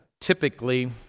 typically